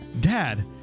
Dad